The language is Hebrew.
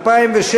2016,